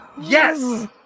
Yes